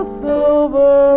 silver